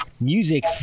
music